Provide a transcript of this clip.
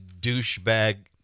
douchebag-